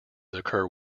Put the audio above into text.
occur